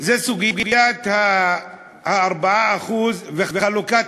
היא סוגיית ה-4% וחלוקת